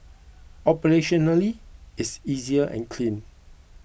operationally it's easy and clean